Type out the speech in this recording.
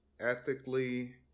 ethically